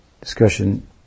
discussion